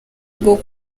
bwo